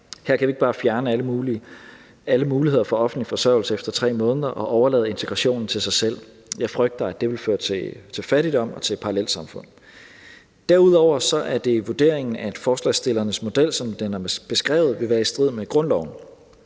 Her kan vi ikke bare fjerne alle muligheder for offentlig forsørgelse efter 3 måneder og overlade integrationen til dem selv. Jeg frygter, at det vil føre til fattigdom og til parallelsamfund. Derudover er det vurderingen, at forslagsstillernes model, som den er beskrevet, vil være i strid med grundloven.